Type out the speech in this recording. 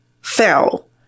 fell